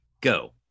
go